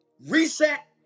reset